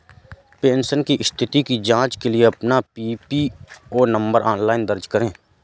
pension की स्थिति की जांच के लिए अपना पीपीओ नंबर ऑनलाइन दर्ज करें